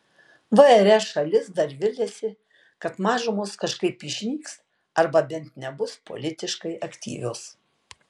vre šalis dar viliasi kad mažumos kažkaip išnyks arba bent nebus politiškai aktyvios